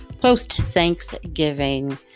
post-Thanksgiving